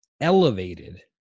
elevated